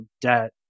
debt